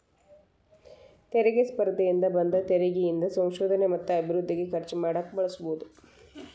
ತೆರಿಗೆ ಸ್ಪರ್ಧೆಯಿಂದ ಬಂದ ತೆರಿಗಿ ಇಂದ ಸಂಶೋಧನೆ ಮತ್ತ ಅಭಿವೃದ್ಧಿಗೆ ಖರ್ಚು ಮಾಡಕ ಬಳಸಬೋದ್